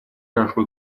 нашу